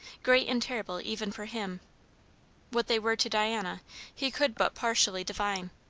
great and terrible even for him what they were to diana he could but partially divine.